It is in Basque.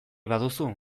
baduzu